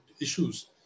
issues